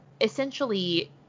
essentially